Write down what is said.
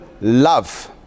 love